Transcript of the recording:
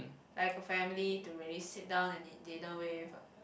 like a family to really sit down and it dinner with